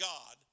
God